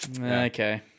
Okay